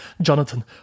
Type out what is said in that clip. jonathan